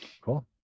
Cool